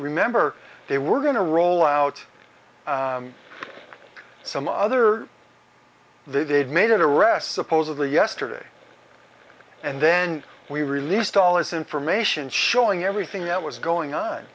remember they were going to roll out some other they'd made it a rest supposedly yesterday and then we released all this information showing everything that was going on